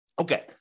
Okay